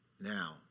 Now